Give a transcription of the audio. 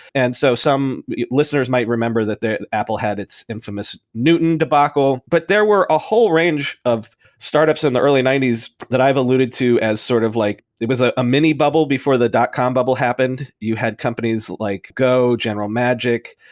and so some listeners might remember that apple had its infamous newton debacle. but there were a whole range of startups in the early ninety s that i've alluded to as sort of like it was ah a mini-bubble before the dot-com bubble happened. you had companies like go, general magic.